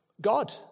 God